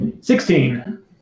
Sixteen